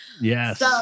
yes